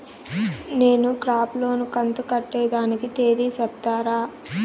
నేను crop loan కంతు కట్టేదానికి తేది సెప్తారా?